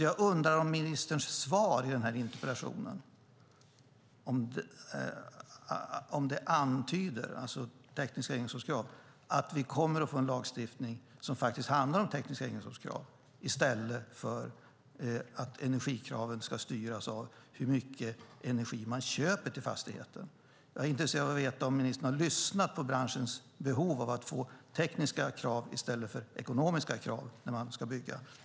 Jag undrar om ministerns svar på den interpellationen antyder att vi kommer att få en lagstiftning som faktiskt handlar om tekniska egenskapskrav i stället för att energikravet ska styras av hur mycket energi man köper till fastigheten. Jag är intresserad av att veta om ministern har lyssnat på branschens behov av att få tekniska krav i stället för ekonomiska krav när man ska bygga.